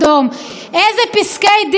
איזה פסקי דין נאורים.